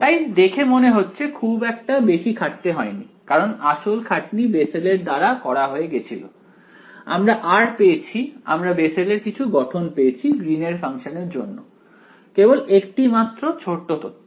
তাই দেখে মনে হচ্ছে খুব একটা বেশি খাটতে হয়নি কারণ আসল খাটনি বেসেলের দ্বারা করা হয়ে গেছিল আমরা r পেয়েছি আমরা বেসেলের কিছু গঠন পেয়েছি গ্রীন এর ফাংশনের জন্য কেবল একটি মাত্র ছোট্ট তথ্য